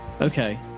Okay